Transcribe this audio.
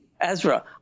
Ezra